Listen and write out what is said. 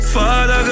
Father